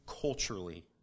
culturally